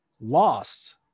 Lost